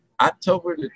October